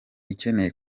ikeneye